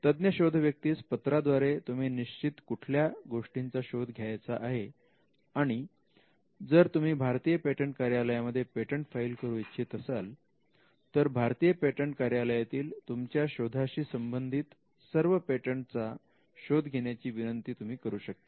तज्ञ शोध व्यक्तीस पत्राद्वारे तुम्ही निश्चित कुठल्या गोष्टींचा शोध घ्यायचा आहे आणि जर तुम्ही भारतीय पेटंट कार्यालयामध्ये पेटंट फाईल करू इच्छित असेल तर भारतीय पेटंट कार्यालयातील तुमच्या शोधाशी संबंधित सर्व पेटंटचा शोध घेण्याची विनंती तुम्ही करू शकतात